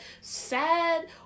sad